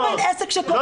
--- מסכימה, אדוני.